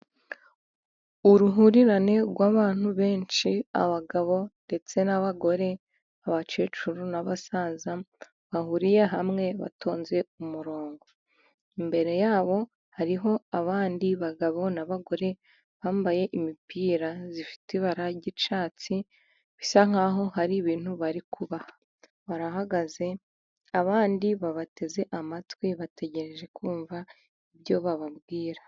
Uruhurirane rw'abantu benshi abagabo ndetse n'abagore, abakecuru n'abasaza, bahuriye hamwe batonze umurongo, imbere yabo hariho abandi bagabo n'abagore bambaye imipira zifite ibara ry'icyatsi bisa nkaho hari ibintu bari kubaha, barahagaze abandi babateze amatwi bategereje kumva ibyo bababwira.